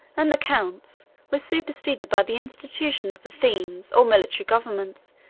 and the counts were superseded by the institution of the themes, or military governments,